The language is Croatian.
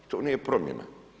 I to nije promjena.